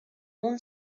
اون